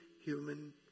human